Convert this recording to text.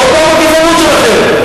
עוד פעם הגזענות שלכם.